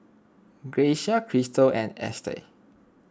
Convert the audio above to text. Grecia Kristal and Estes